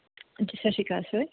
ਹਾਂਜੀ ਸਤਿ ਸ਼੍ਰੀ ਅਕਾਲ ਸਰ